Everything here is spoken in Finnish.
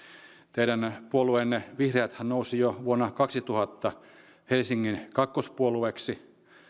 teidän puolueennehan vihreät nousi jo vuonna kaksituhatta helsingin kakkospuolueeksi